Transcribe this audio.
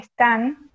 Están